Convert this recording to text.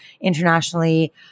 internationally